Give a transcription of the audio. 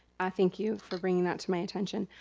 i thank you for bringing that to my attention.